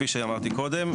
כפי שאמרתי קודם,